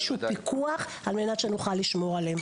איזשהו פיקוח על מנת שנוכל לשמור עליהם.